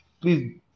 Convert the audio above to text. Please